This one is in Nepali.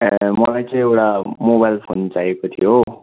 ए मलाई चाहिँ एउटा मोबाइल फोन चाहिएको थियो हो